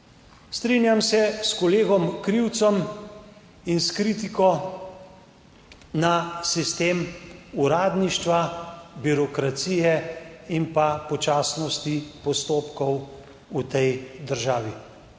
Strinjam se s kolegom Krivcem in s kritiko na sistem uradništva, birokracije in pa počasnosti postopkov v tej državi.